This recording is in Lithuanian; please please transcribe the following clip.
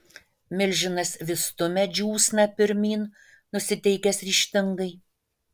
milžinas vis stumia džiūsną pirmyn nusiteikęs ryžtingai